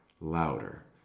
Louder